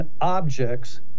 objects